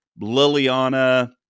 Liliana